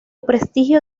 prestigio